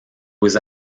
was